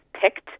picked